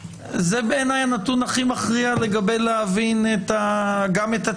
בעיניי זה הנתון הכי מכריע כדי להבין גם את הטענה